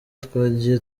twagiye